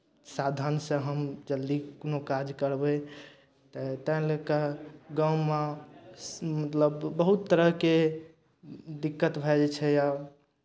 साधनसँ हम जल्दी कोनो काज करबै तऽ ताहि लऽ कऽ गाँवमे मतलब बहुत तरहके दिक्कत भए जाइ छै आओर